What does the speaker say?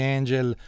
Angel